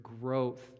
growth